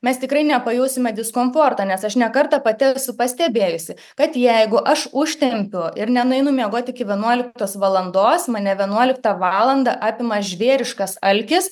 mes tikrai nepajusime diskomfortą nes aš ne kartą pati esu pastebėjusi kad jeigu aš užtempiu ir nenueinu miegoti iki vienuoliktos valandos mane vienuoliktą valandą apima žvėriškas alkis